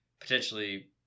potentially